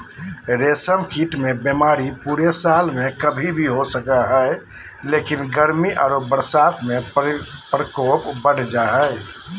रेशम कीट मे बीमारी पूरे साल में कभी भी हो सको हई, लेकिन गर्मी आरो बरसात में प्रकोप बढ़ जा हई